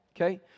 okay